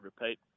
repeat